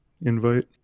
invite